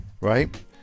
right